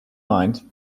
mind